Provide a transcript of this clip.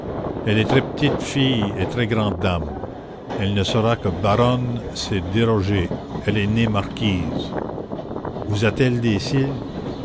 elle est très petite fille et très grande dame elle ne sera que baronne c'est déroger elle est née marquise vous a-t-elle des cils